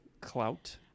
clout